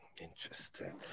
interesting